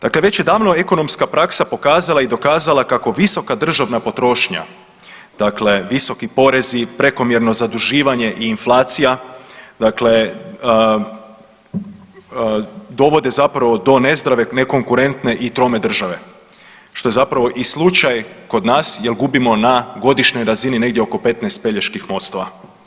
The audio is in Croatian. Dakle, već je davno ekonomska praksa pokazala i dokazala kako visoka državna potrošnja, dakle visoki porezi, prekomjerno zaduživanje i inflacija dakle dovode zapravo do nezdrave, nekonkurentne i trome države, što je zapravo i slučaj kod nas jel gubimo na godišnjoj razini negdje oko 15 Peljeških mostova.